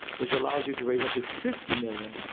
which allows you to raise up to fifty million,